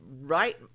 right